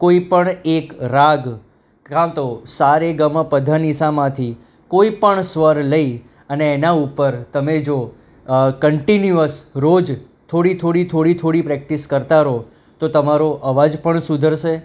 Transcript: કોઈપણ એક રાગ કા તો સા રે ગ મ પ ધ નિ સામાંથી કોઈપણ સ્વર લઈ અને એના ઉપર તમે હોજો કન્ટીન્યુઅસ રોજ થોડી થોડી થોડી થોડી પ્રેક્ટિસ કરતા રહો તો તમારો અવાજ પણ સુધરશે